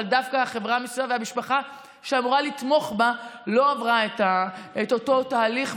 אבל דווקא החברה מסביבה והמשפחה שאמורה לתמוך בה לא עברה את אותו תהליך,